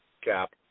cap